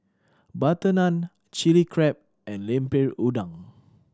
butter naan Chilli Crab and Lemper Udang